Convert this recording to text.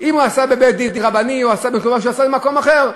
אם הוא עשה בבית-דין רבני או במקום אחר.